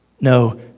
No